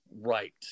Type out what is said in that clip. right